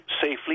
safely